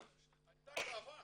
הייתה לי גאווה